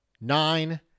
nine